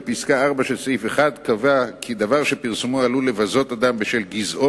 בפסקה (4) של סעיף 1 נקבע כי דבר שפרסומו עלול לבזות אדם בשל גזעו,